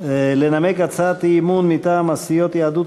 לנמק הצעת אי-אמון מטעם הסיעות יהדות